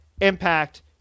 Impact